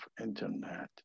internet